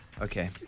Okay